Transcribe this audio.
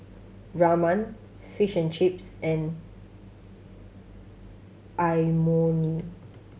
Ramen Fish and Chips and Imoni